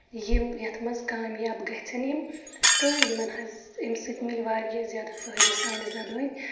یِم یَتھ منٛز کامیاب گژھن یِم تہٕ یِمن حظ اَمہِ سۭتۍ مِلہِ واریاہ زیادٕ فٲیدٕ سانہِ زَبٲنۍ